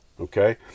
Okay